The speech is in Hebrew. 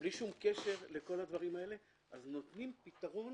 בלי שום קשר לכל הדברים האלה, נותנים פתרון